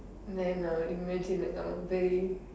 then uh imagine like I'm very